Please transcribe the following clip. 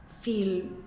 feel